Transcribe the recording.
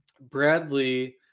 Bradley